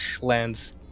lands